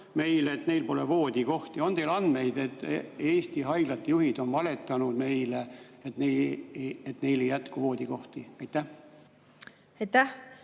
meile, et neil pole voodikohti." On teil andmeid, et Eesti haiglate juhid on valetanud meile, et neil ei jätku voodikohti? Siin on täna